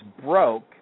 broke